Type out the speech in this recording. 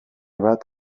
bat